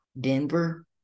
Denver